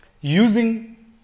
Using